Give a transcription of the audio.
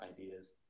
ideas